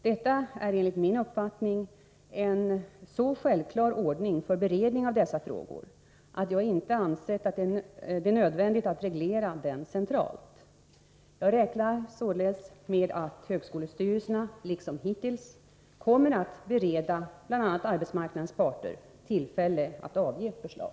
Detta är enligt min uppfattning en så självklar ordning för beredning av dessa frågor att jag inte ansett det nödvändigt att reglera den centralt. Jag räknar således med att högskolestyrelserna — liksom hittills — kommer att bereda bl.a. arbetsmarknadens parter tillfälle att avge förslag.